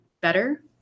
better